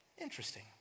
Interesting